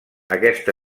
aquesta